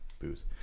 booze